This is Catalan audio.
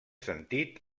sentit